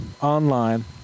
online